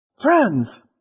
Friends